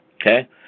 Okay